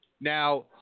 Now